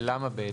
למה בעצם?